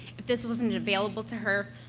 if this wasn't available to her